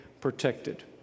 protected